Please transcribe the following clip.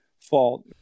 fault